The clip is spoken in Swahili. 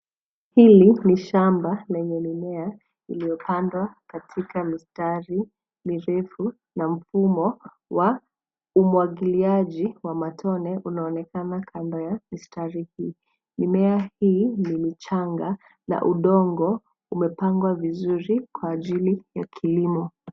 Hili ni shamba lenye mimea iliyopandwa katika mistari mirefu na mfumo wa umwagiliaji wa matone unaonekana kando ya mistari hii. Mimea hii ni michanga na udongo umepangwa vizuri kwa ajili ya kilimo.